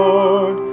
Lord